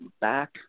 back